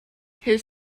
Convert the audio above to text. his